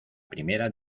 primera